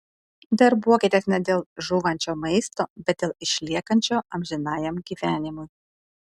darbuokitės ne dėl žūvančio maisto bet dėl išliekančio amžinajam gyvenimui